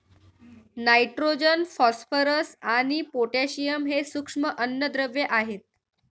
nitrogen, phosphorus आणि potassium हे सूक्ष्म अन्नद्रव्ये आहेत